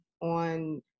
on